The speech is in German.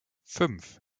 fünf